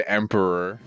emperor